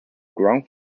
ground